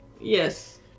Yes